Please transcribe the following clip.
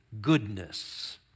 goodness